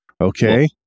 Okay